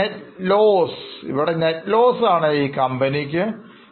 Net loss കമ്പനികൾ അല്ലെങ്കിൽ enterprise നഷ്ടം നേരിടുന്നു